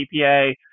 EPA